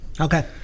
Okay